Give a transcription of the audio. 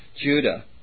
Judah